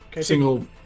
single